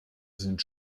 sind